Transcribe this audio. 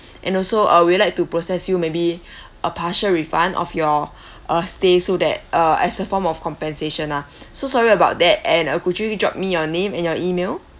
and also uh we would like to process you maybe a partial refund of your uh stay so that uh as a form of compensation ah so sorry about that and uh could you drop me your name and your email